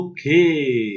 Okay